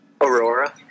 Aurora